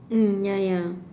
mm ya ya